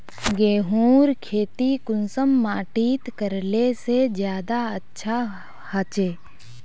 गेहूँर खेती कुंसम माटित करले से ज्यादा अच्छा हाचे?